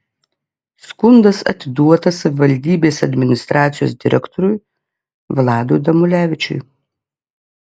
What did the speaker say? skundas atiduotas savivaldybės administracijos direktoriui vladui damulevičiui